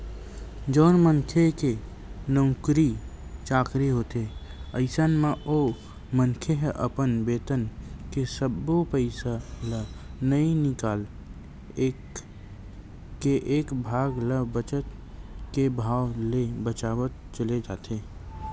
जउन मनखे के नउकरी चाकरी होथे अइसन म ओ मनखे ह अपन बेतन के सब्बो पइसा ल नइ निकाल के एक भाग ल बचत के भाव ले बचावत चले जाथे